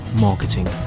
Marketing